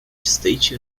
state